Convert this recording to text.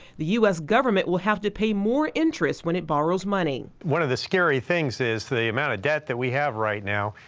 the us government will have to pay more interest when it borrows money. one of the scary things is the amount of debt that we have right now.